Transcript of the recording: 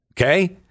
Okay